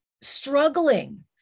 struggling